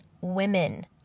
women